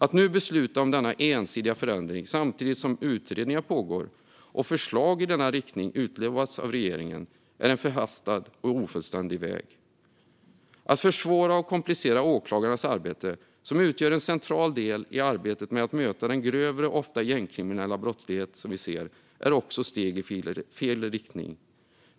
Att nu besluta om denna ensidiga förändring, samtidigt som utredningar pågår och förslag i denna riktning utlovats av regeringen, är en förhastad och ofullständig väg. Att försvåra och komplicera åklagarnas arbete, som utgör en central del i arbetet med att möta den grövre och ofta gängkriminella brottslighet som vi ser, är också steg i fel riktning.